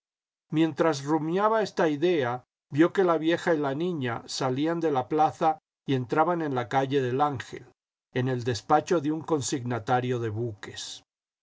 mientras rumiaba esta idea vio que la vieja y la niña salían de la plaza y entraban en la calle del ángel en el despacho de un consignatario de buques